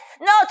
No